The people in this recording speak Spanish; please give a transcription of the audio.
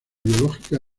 biológica